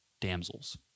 damsels